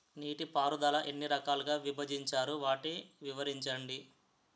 నీటిపారుదల ఎన్ని రకాలుగా విభజించారు? వాటి వివరించండి?